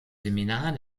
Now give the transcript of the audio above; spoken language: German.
seminar